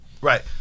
Right